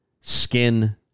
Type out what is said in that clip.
skin